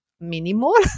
minimal